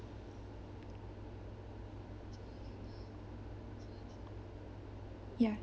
ya